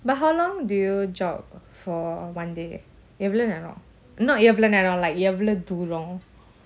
but how long do you jog for one day எவ்ளோநேரம்:evlo neram not எவ்ளோநேரம்இல்லஎவ்ளோதூரம்:evlo neram illa evlo thooram